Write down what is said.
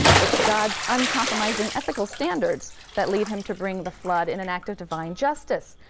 it's god's uncompromising ethical standards that lead him to bring the flood in an act of divine justice.